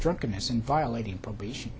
drunkenness and violating probation